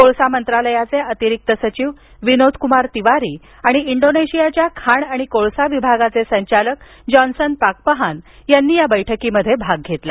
कोळसा मंत्रालयाचे अतिरिक्त सचिव विनोदकुमार तिवारी आणि इंडोनेशियाच्या खाण आणि कोळसा विभागाचे संचालक जॉन्सन पाकपहान यांनी या बैठकीत सहभाग घेतला